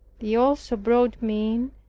they also brought me in,